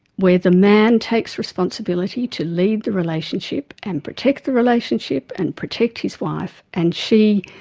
where the man takes responsibility to lead the relationship and protect the relationship and protect his wife. and she,